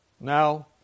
Now